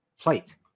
plate